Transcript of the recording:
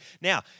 Now